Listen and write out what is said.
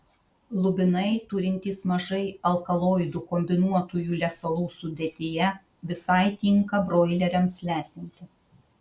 lubinai turintys mažai alkaloidų kombinuotųjų lesalų sudėtyje visai tinka broileriams lesinti